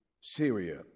Syria